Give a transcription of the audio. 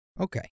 Okay